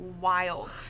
wild